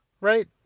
right